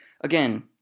Again